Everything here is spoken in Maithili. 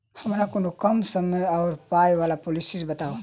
हमरा कोनो कम समय आ पाई वला पोलिसी बताई?